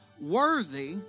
worthy